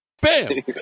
Bam